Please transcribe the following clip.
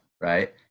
right